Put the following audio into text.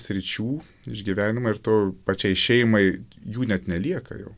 sričių iš gyvenimo ir to pačiai šeimai jų net nelieka jau